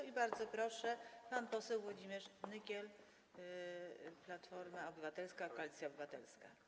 I bardzo proszę, pan poseł Włodzimierz Nykiel, Platforma Obywatelska - Koalicja Obywatelska.